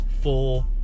four